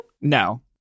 No